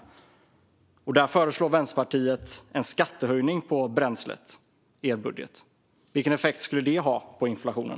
Vänsterpartiet föreslår i sin budget en skattehöjning på bränsle. Vilken effekt skulle det ha på inflationen?